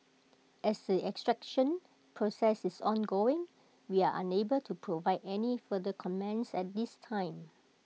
as the extradition process is ongoing we are unable to provide any further comments at this time